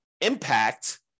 impact